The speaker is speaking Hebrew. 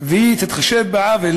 תתחשב בעוול